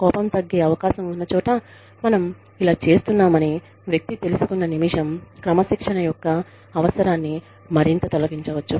కోపం తగ్గే అవకాశం ఉన్న చోట మనం ఇలా చేస్తున్నామని వ్యక్తి తెలుసుకున్న నిమిషం క్రమశిక్షణ యొక్క అవసరాన్ని మరింత తొలగించవచ్చు